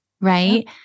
right